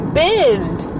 bend